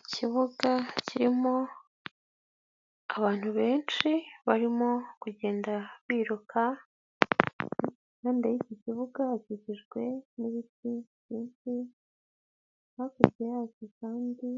Ikibuga kirimo abantu benshi barimo kugenda biruka, impande y'iki kibuga hakikijwe n'ibiti byinshi hakurya yacyo kandi